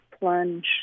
plunge